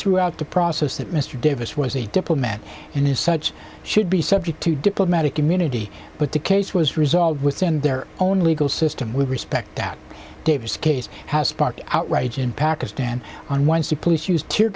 throughout the process that mr davis was a diplomat and as such should be subject to diplomatic immunity but the case was resolved within their own legal system with respect that davis case has sparked outrage in pakistan on wednesday police used tear